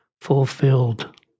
fulfilled